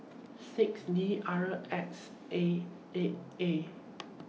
six D R X A eight A